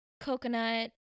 coconut